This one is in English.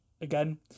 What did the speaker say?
again